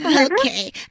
Okay